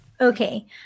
Okay